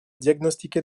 diagnostiqué